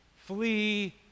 Flee